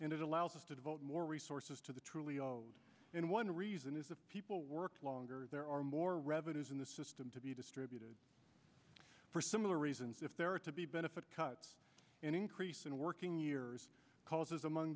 and it allows us to devote more resources to the truly one reason is that people work longer and there are more revenues in the system to be distributed for similar reasons if there are to be benefit cuts an increase in working years causes among